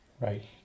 right